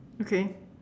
okay